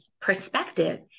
perspective